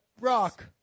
rock